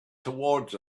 towards